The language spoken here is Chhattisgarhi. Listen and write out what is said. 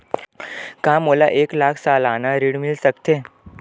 का मोला एक लाख सालाना ऋण मिल सकथे?